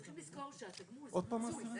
צריכים לזכור שהתגמול זה פיצוי.